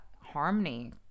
harmony